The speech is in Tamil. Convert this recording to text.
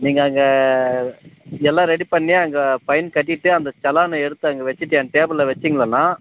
நீங்கள் அங்கே எல்லாம் ரெடி பண்ணி அங்கே ஃபைன் கட்டிவிட்டு அந்த செலானை எடுத்து அங்கே வச்சிட்டு ஏ டேபிள்ளை வச்சுங்கனா